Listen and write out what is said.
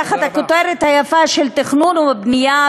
תחת הכותרת היפה של תכנון ובנייה,